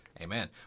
Amen